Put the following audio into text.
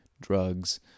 drugs